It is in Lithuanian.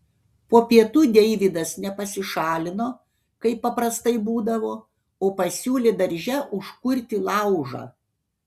po pietų deividas ne pasišalino kaip paprastai būdavo o pasiūlė darže užkurti laužą